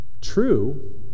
true